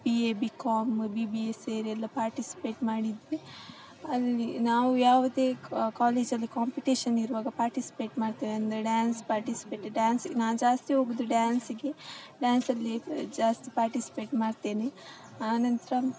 B A BCom B B A ಸೇರಿ ಎಲ್ಲ participate ಮಾಡಿದ್ವಿ ಅಲ್ಲಿ ನಾವ್ ಯಾವುದೇ ಕಾಲೇಜಲ್ಲಿ ಕಾಂಪಿಟೇಷನ್ ಇರುವಾಗ ಪಾರ್ಟಿಸ್ಪೇಟ್ ಮಾಡ್ತೇವೆ ಅಂದರೆ ಡ್ಯಾನ್ಸ್ ಪಾರ್ಟಿಸ್ಪೇಟ್ ಡ್ಯಾನ್ಸ್ ನಾ ಜಾಸ್ತಿ ಹೋಗೋದು ಡ್ಯಾನ್ಸಿಗೆ ಡ್ಯಾನ್ಸಲ್ಲಿ ಜಾಸ್ತಿ ಪಾರ್ಟಿಸಿಪೇಟ್ ಮಾಡ್ತೇನೆ ಆನಂತರ